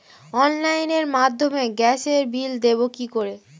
অনলাইনের মাধ্যমে গ্যাসের বিল দেবো কি করে?